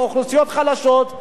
לאוכלוסיות חדשות,